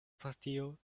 partio